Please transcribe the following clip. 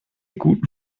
guten